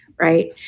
right